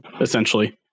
essentially